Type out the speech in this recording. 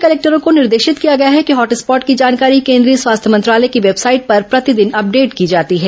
कलेक्टरों समी को निर्देशित किया गया है कि हॉट स्पॉट की जानकारी केंद्रीय स्वास्थ्य मंत्रालय की वेबसाइट पर प्रतिदिन अपडेट की जाती है